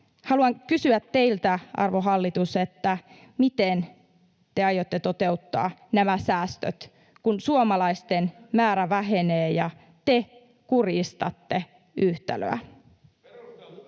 Haluan kysyä teiltä, arvon hallitus: miten te aiotte toteuttaa nämä säästöt, kun suomalaisten määrä vähenee ja te kurjistatte yhtälöä?